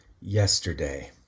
yesterday